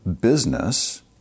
business